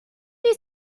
few